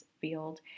field